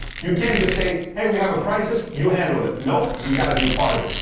you can't just say, hey, we have a crisis. you handle it. nope, you got to be a part of it.